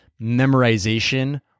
memorization